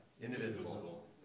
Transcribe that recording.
indivisible